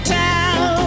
town